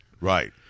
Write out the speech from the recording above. Right